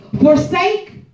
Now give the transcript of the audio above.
Forsake